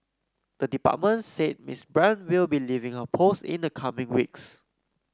the department said Miss Brand will be leaving her post in the coming weeks